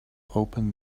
open